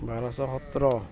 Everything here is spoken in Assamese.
বাৰশ সোতৰ